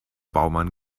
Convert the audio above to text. baumann